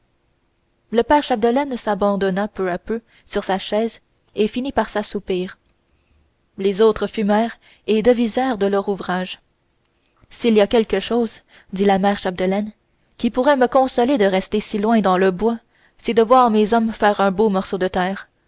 le père chapdelaine s'abandonna peu à peu sur sa chaise et finit par s'assoupir les autres fumèrent et devisèrent de leur ouvrage s'il y a quelque chose dit la mère chapdelaine qui pourrait me consoler de rester si loin dans le bois c'est de voir mes hommes faire un beau morceau de terre